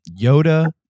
Yoda